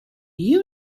you